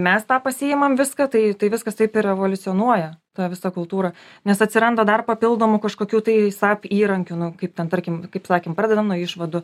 mes tą pasiimam viską tai tai viskas taip ir evoliucionuoja ta visa kultūra nes atsiranda dar papildomų kažkokių tai sap įrankių nu kaip ten tarkim kaip sakėm pradedam nuo išvadų